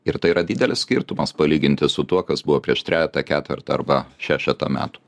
ir tai yra didelis skirtumas palyginti su tuo kas buvo prieš trejetą ketvertą arba šešetą metų